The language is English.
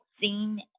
seen